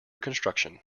construction